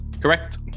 Correct